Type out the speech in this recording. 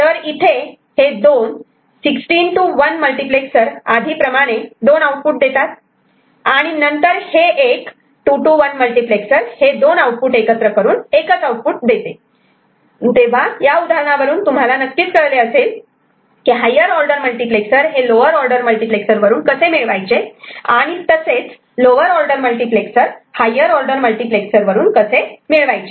तर इथे हे दोन 16 to 1 मल्टिप्लेक्सर आधी प्रमाणे 2 आउटपुट देतात आणि नंतर हे एक 2 to 1 मल्टिप्लेक्सर हे दोन आउटपुट एकत्र करून एकच आउटपुट देतात तेव्हा या उदाहरणावरून तुम्हाला नक्कीच कळले असेल की हायर ऑर्डर मल्टिप्लेक्सर हे लोवर ऑर्डर मल्टिप्लेक्सर वरून कसे मिळवायचे आणि तसेच lower order multiplexer higher order multiplexer कसे मिळवायचे